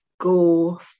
go